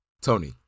Tony